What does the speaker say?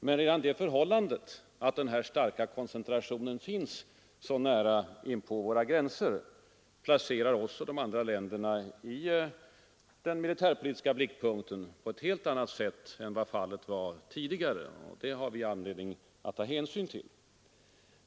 Men redan det förhållandet att den här starka koncentrationen finns så nära inpå våra gränser placerar oss och de andra länderna i den militärpolitiska blickpunkten på ett helt annat sätt än vad fallet var tidigare, och det har vi anledning att ta hänsyn till.